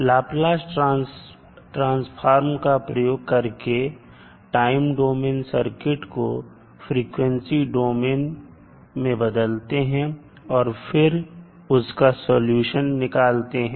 Laplace transfer का प्रयोग करके टाइम डोमेन सर्किट को फ्रीक्वेंसी डोमेन में बदलते हैं और फिर उसका सलूशन निकालते हैं